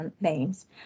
names